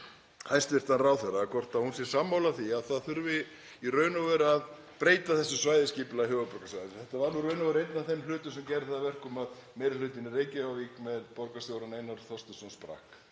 hæstv. ráðherra hvort hún sé sammála því að það þurfi í raun og veru að breyta svæðisskipulagi á höfuðborgarsvæðinu. Þetta var í raun og veru einn af þeim hlutum sem gerði það að verkum að meiri hlutinn í Reykjavík með borgarstjórann, Einar Þorsteinsson, sprakk.